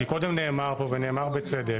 כי קודם נאמר פה, ונאמר בצדק.